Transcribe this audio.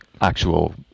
actual